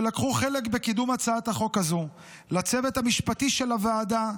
שלקחו חלק בקידום הצעת החוק הזו: לצוות המשפטי של הוועדה,